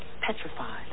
petrified